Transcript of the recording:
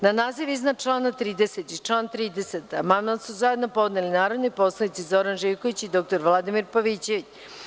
Na naziv iznadčlana 31. i član 31. amandman su zajedno podneli narodni poslanici Zoran Živković i dr Vladimir Pavićević.